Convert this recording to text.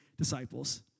Disciples